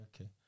Okay